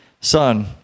Son